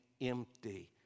empty